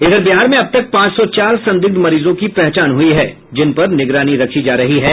इधर बिहार में अब तक पांच सौ चार संदिग्ध मरीजों की पहचान हयी है जिन पर निगरानी रखी जा रही है